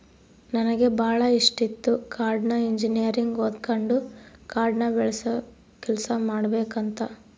ನನಗೆ ಬಾಳ ಇಷ್ಟಿತ್ತು ಕಾಡ್ನ ಇಂಜಿನಿಯರಿಂಗ್ ಓದಕಂಡು ಕಾಡ್ನ ಬೆಳಸ ಕೆಲ್ಸ ಮಾಡಬಕಂತ